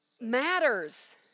matters